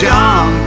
John